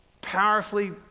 powerfully